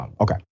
Okay